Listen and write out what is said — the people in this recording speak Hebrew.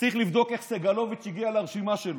שצריך לבדוק איך סגלוביץ' הגיע לרשימה שלו.